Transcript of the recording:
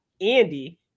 Andy